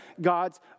God's